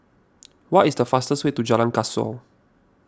what is the fastest way to Jalan Kasau